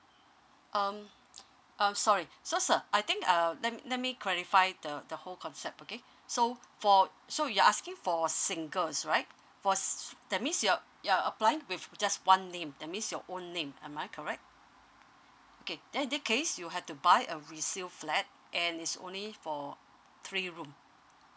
um um sorry so sir I think err let let me clarify the the whole concept okay so for so you're asking for singles right was that means you're you're applying with just one name that means your own name am I correct okay then in that case you have to buy a resale flat and is only for three room